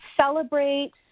celebrate